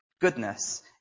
Goodness